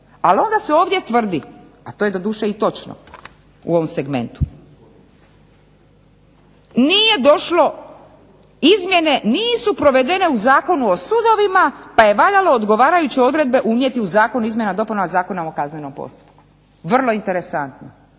Ali onda se ovdje tvrdi, a to je doduše i točno u ovom segmentu, nije došlo, izmjene nisu provedene u Zakonu o sudovima pa je valjalo odgovarajuće odredbe unijeti u Zakon o izmjenama i dopunama Zakona o kaznenom postupku. Vrlo interesantno.